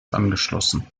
angeschlossen